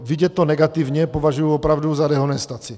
Vidět to negativně považuji opravdu za dehonestaci.